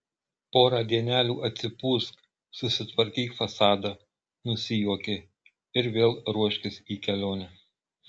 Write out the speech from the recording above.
porą dienelių atsipūsk susitvarkyk fasadą nusijuokė ir vėl ruoškis į kelionę